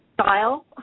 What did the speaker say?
style